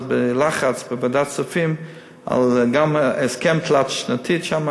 עשינו אז בלחץ בוועדת הכספים גם הסכם תלת-שנתי שם,